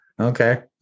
okay